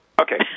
Okay